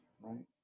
right